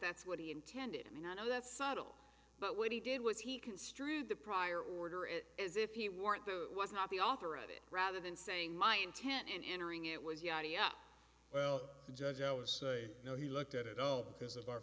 that's what he intended i mean i know that subtle but what he did was he construed the prior order it as if he weren't there was not the author of it rather than saying my intent in entering it was yeah well judge i was say no he looked at it oh because of our